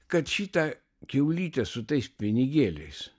kad šitą kiaulytę su tais pinigėliais